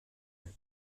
sein